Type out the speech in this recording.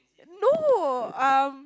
no um